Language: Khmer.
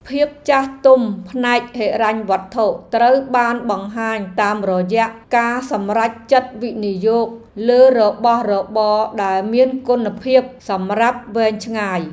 ភាពចាស់ទុំផ្នែកហិរញ្ញវត្ថុត្រូវបានបង្ហាញតាមរយៈការសម្រេចចិត្តវិនិយោគលើរបស់របរដែលមានគុណភាពសម្រាប់វែងឆ្ងាយ。